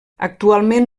actualment